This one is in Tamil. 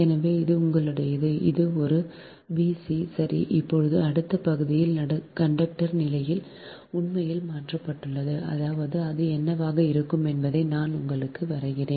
எனவே இது உங்களுடையது இது ஒரு b c சரி இப்போது அடுத்த பகுதியில் கண்டக்டர் நிலை உண்மையில் மாற்றப்பட்டுள்ளது அதாவது அது என்னவாக இருக்கும் என்பதை நான் உங்களுக்காக வரைகிறேன்